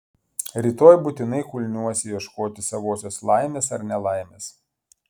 rytoj būtinai kulniuosiu ieškoti savosios laimės ar nelaimės